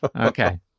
Okay